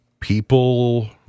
people